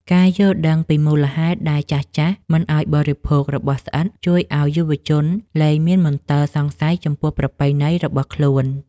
ការយល់ដឹងពីមូលហេតុដែលចាស់ៗមិនឱ្យបរិភោគរបស់ស្អិតជួយឱ្យយុវជនលែងមានមន្ទិលសង្ស័យចំពោះប្រពៃណីរបស់ខ្លួន។